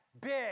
big